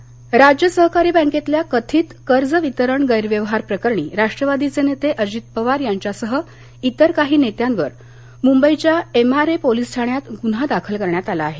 अजित पवार राज्य सहकारी बँकेतल्या कथित कर्ज वितरण गैरव्यवहार प्रकरणी राष्ट्रवादीये नेते अजित पवार यांच्यासह इतर काही नेत्यांवर मुंबईच्या एमआरए पोलीस ठाण्यात गुन्हा दाखल करण्यात आला आहे